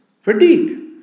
Fatigue